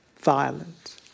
violent